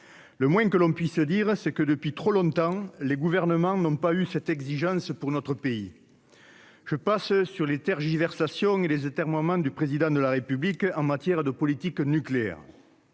le moins que l'on puisse dire, c'est que depuis trop longtemps, les gouvernements n'ont pas eu cette exigence pour notre pays, je passe sur les tergiversations et les atermoiements du président de la République en matière de politique nucléaire